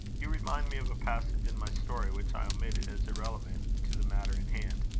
you remind me of a passage in my story which i omitted, as irrelevant to the matter in hand.